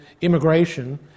immigration